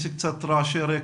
יש קצת רעשי רקע.